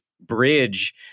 bridge